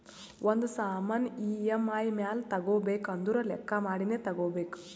ಒಂದ್ ಸಾಮಾನ್ ಇ.ಎಮ್.ಐ ಮ್ಯಾಲ ತಗೋಬೇಕು ಅಂದುರ್ ಲೆಕ್ಕಾ ಮಾಡಿನೇ ತಗೋಬೇಕು